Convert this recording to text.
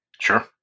Sure